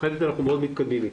מאוחדת אנחנו מתקדמים מאוד.